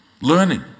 learning